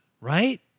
Right